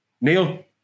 Neil